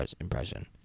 impression